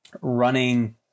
running